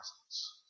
presence